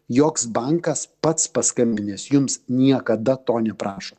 joks bankas pats paskambinęs jums niekada to neprašo